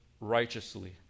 righteously